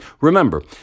Remember